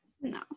no